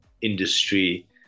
industry